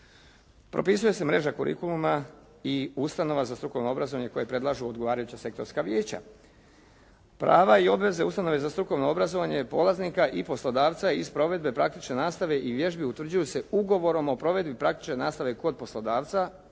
Propisuje se mreža kurikuluma i ustanova za strukovno obrazovanje koje predlažu odgovarajuća sektorska vijeća. Prava i obveze ustanove za strukovno obrazovanje polaznika i poslodavca iz provedbe praktične nastave i vježbe utvrđuju se Ugovorom o provedbi praktične nastave kod poslodavca,